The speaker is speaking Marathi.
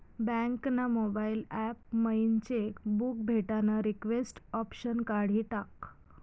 बँक ना मोबाईल ॲप मयीन चेक बुक भेटानं रिक्वेस्ट ऑप्शन काढी टाकं